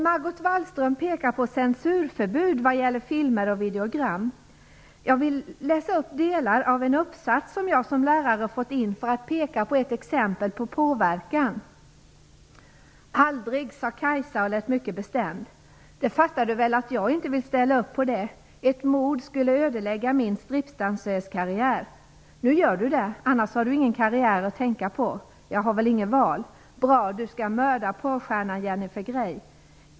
Margot Wallström pekar på censurförbud vad gäller filmer och videogram. För att ta upp ett exempel på påverkan vill jag läsa upp delar av en uppsats som jag som lärare har fått in. "- Aldrig, sa Kajsa och lät mycket bestämd, det fattar du väl att jag inte vill ställa upp på det. Ett mord skulle ödelägga min stripsdansös karriär. - Nu gör du det, annars har du ingen karriär att tänka på. - Jag har väl inget val. - Bra, du ska mörda popstjärnan Jennifer Grey.